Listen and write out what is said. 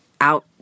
out